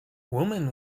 women